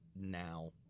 now